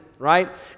Right